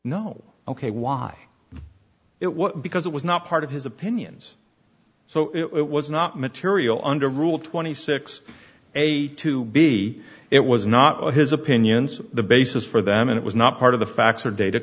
no ok why it was because it was not part of his opinions so it was not material under rule twenty six a to b it was not his opinions the basis for them and it was not part of the facts or data